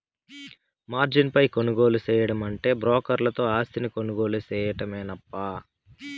margin పై కొనుగోలు సేయడమంటే బ్రోకర్ తో ఆస్తిని కొనుగోలు సేయడమేనప్పా